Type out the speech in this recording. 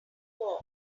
war